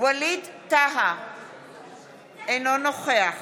ווליד טאהא, אינו נוכח